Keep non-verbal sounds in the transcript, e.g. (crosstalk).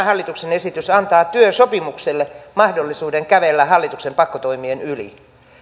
(unintelligible) hallituksen esitys antaa työsopimukselle mahdollisuuden kävellä hallituksen pakkotoimien yli